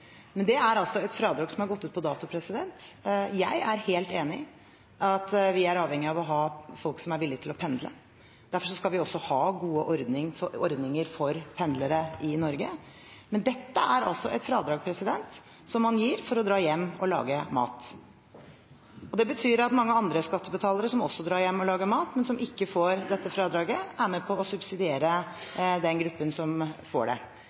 men det er et fradrag som har gått ut på dato. Jeg er helt enig i at vi er avhengig av å ha folk om er villig til å pendle. Derfor skal vi også ha gode ordninger for pendlere i Norge. Men dette er et fradrag man gir for å dra hjem og lage mat. Det betyr at mange andre skattebetalere som også drar hjem og lager mat, men som ikke får dette fradraget, er med på å subsidiere den gruppen som får det.